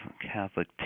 Catholic